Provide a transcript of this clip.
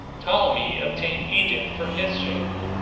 ptolemy obtained egypt for his share.